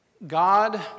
God